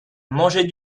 manger